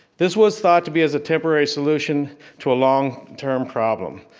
this was thought to be as a temporary solution to a long term problem.